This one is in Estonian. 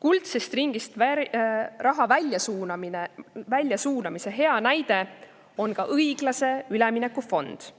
Kuldsest ringist raha välja suunamise hea näide on ka õiglase ülemineku fond,